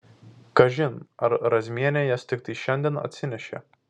kažin ar razmienė jas tiktai šiandien atsinešė